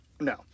No